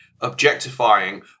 objectifying